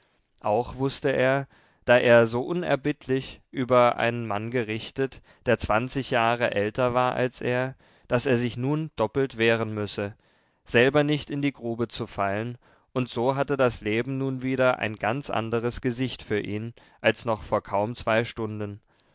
auch wußte er da er so unerbittlich über einen mann gerichtet der zwanzig jahre älter war als er daß er sich nun doppelt wehren müsse selber nicht in die grube zu fallen und so hatte das leben nun wieder ein ganz anderes gesicht für ihn als noch vor kaum zwei stunden